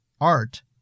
Art